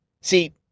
See